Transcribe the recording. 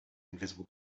invisible